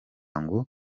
ngo